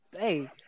hey